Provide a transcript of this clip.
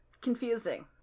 Confusing